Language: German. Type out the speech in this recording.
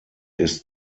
ist